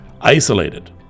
Isolated